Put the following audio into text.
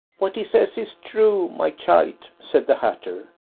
what he says is true, my child, said the hatter,